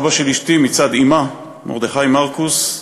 סבא של אשתי מצד אמה, מרדכי מרקוס,